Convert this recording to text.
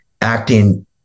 acting